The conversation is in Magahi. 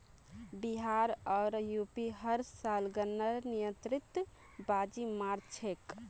बिहार आर यू.पी हर साल गन्नार निर्यातत बाजी मार छेक